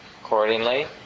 accordingly